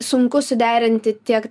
sunku suderinti tiek